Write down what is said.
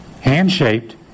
Hand-shaped